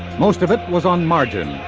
most of it was on margin,